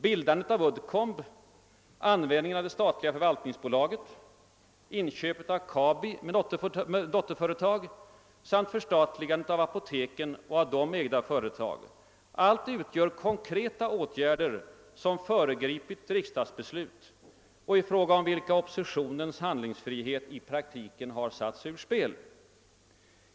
Bildandet av Uddcomb, användningen av det statliga förvaltningsbolaget, inköpet av Kabi med dotterföretag samt förstatligandet av apoteken och av dem ägda företag — allt utgör konkreta åtgärder, som föregripit riksdagsbeslut och i fråga om vilka oppositionens handlingsfrihet i praktiken har satts ur spel.